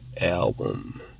album